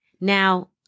Now